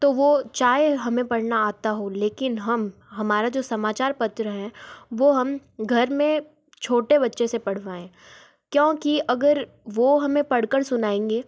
तो वो चाहे हमें पढ़ना आता हो लेकिन हम हमारा जो समाचार पत्र है वो हम घर में छोटे बच्चों से पढ़वाएं क्योंकि अगर वो हमें पढ़ कर सुनाएंगे